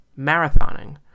marathoning